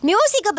Music